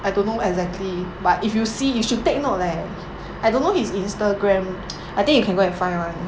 I don't know exactly but if you see you should take note leh I don't know his Instagram I think you can go and find [one]